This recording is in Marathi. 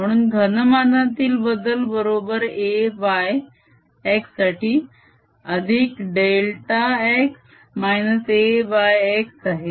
म्हणून घनमानातील बदल बरोबर A y x ला अधिक delta x - A y x आहे